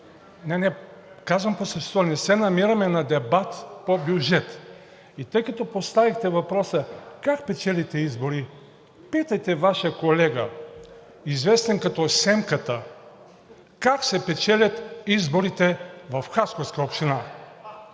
към Вас, защото ние не се намираме на дебат по бюджет и тъй като поставихте въпроса как печелите избори – питайте Ваш колега, известен като Семката, как се печелят изборите в Хасковска община?